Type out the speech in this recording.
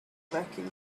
vacuum